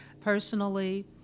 personally